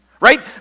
Right